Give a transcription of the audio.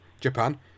Japan